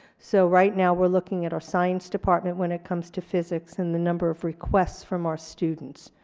so right now we're looking at our science department when it comes to physics and the number of requests from our students.